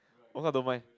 don't mind